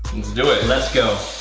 let's do it. let's go.